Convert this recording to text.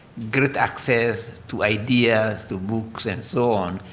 great access to ideas, to books and so on.